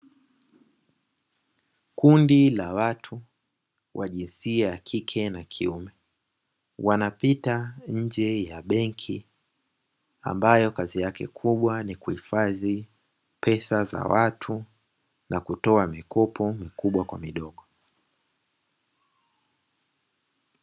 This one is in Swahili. Kundi la watu wa jinsia ya kike na kuime wanapita nje ya benki ambayo kazi yake kubwa ni kuhifadhi pesa za watu, na kutoa mikopo mikubwa kwa midogo.